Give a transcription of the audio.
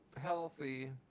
Healthy